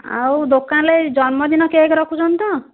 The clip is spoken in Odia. ଆଉ ଦୋକାନରେ ଜନ୍ମଦିନ କେକ୍ ରଖୁଛନ୍ତି ତ